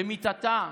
במיטתה,